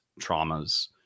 traumas